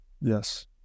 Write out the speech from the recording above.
Yes